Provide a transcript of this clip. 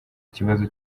ikibazo